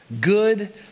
good